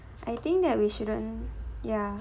I think that we shouldn't ya